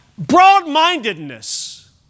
broad-mindedness